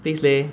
please leh